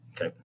Okay